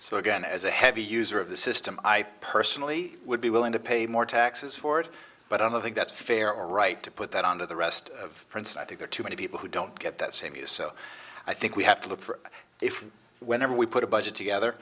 so again as a heavy user of the system i personally would be willing to pay more taxes for it but i don't think that's fair or right to put that on to the rest of prince i think there are too many people who don't get that same either so i think we have to look for if whenever we put a budget together